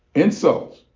insults,